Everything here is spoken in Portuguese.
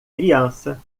criança